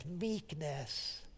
meekness